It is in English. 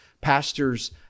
pastor's